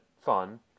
fun